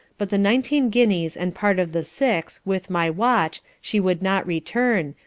but the nineteen guineas and part of the six, with my watch, she would not return,